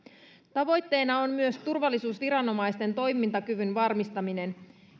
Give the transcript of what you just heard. tavoitteena on myös turvallisuusviranomaisten toimintakyvyn varmistaminen